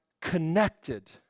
connected